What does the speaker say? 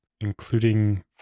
including